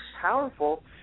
powerful